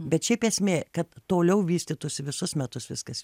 bet šiaip esmė kad toliau vystytųsi visus metus viskas